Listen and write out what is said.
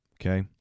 Okay